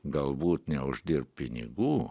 galbūt neuždirbt pinigų